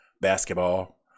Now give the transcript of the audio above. basketball